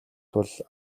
тул